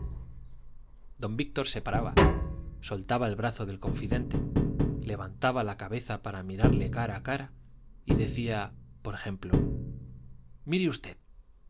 don víctor se paraba soltaba el brazo del confidente levantaba la cabeza para mirarle cara a cara y decía por ejemplo mire usted